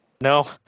No